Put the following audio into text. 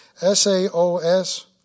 S-A-O-S